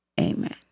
Amen